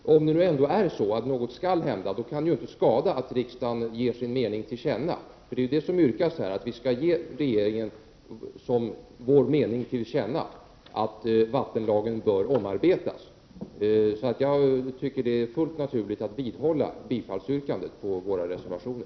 Men om det nu ändå är så att någonting skall hända, kan det inte skada att riksdagen ger sin mening till känna — det är ju vad som yrkas: att vi som vår mening skall ge regeringen till känna att vattenlagen bör omprövas. Jag tycker därför att det är fullt naturligt att vidhålla yrkandet om bifall till våra reservationer.